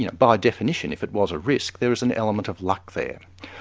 you know by definition, if it was a risk, there is an element of luck there.